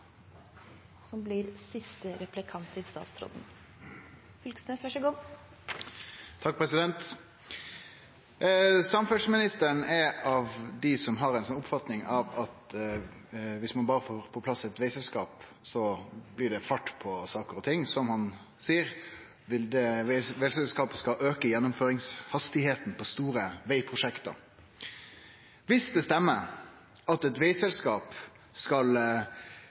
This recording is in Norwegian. vegselskap, blir det fart på saker og ting. Som han seier: Vegselskapet skal auke gjennomføringstempoet på store prosjekt. Om det stemmer at eit vegselskap skal